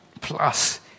Plus